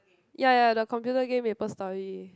ya ya the computer game Maple Story